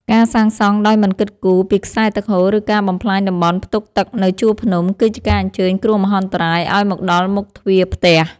ការសាងសង់ដោយមិនគិតគូរពីខ្សែទឹកហូរ ឬការបំផ្លាញតំបន់ផ្ទុកទឹកនៅជួរភ្នំ គឺជាការអញ្ជើញគ្រោះមហន្តរាយឱ្យមកដល់មុខទ្វារផ្ទះ។